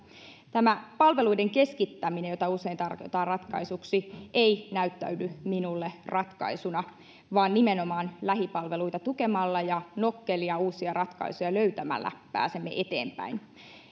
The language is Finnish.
tämä palveluiden keskittäminen jota usein tarjotaan ratkaisuksi ei näyttäydy minulle ratkaisuna vaan nimenomaan lähipalveluita tukemalla ja nokkelia uusia ratkaisuja löytämällä pääsemme eteenpäin